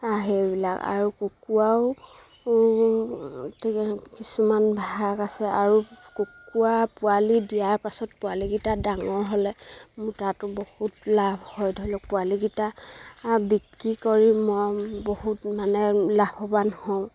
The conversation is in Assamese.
সেইবিলাক আৰু কুকুৰাও কিছুমান ভাগ আছে আৰু কুকুৰা পোৱালি দিয়াৰ পাছত পোৱালিকেইটা ডাঙৰ হ'লে মোৰ তাতো বহুত লাভ হয় ধৰি লওক পোৱালিকেইটা বিক্ৰী কৰি মই বহুত মানে লাভৱান হওঁ